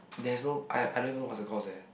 there's no I I don't even know what's the cause eh